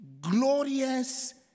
glorious